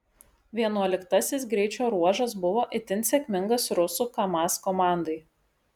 vienuoliktasis greičio ruožas buvo itin sėkmingas rusų kamaz komandai